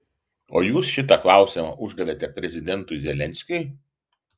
o jūs šitą klausimą uždavėte prezidentui zelenskiui